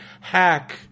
hack